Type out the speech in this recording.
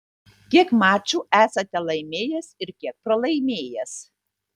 kiek mačų esate laimėjęs ir kiek pralaimėjęs